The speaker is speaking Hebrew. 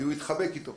כי הוא התחבק איתו